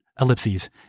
Ellipses